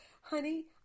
honey